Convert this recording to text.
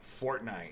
Fortnite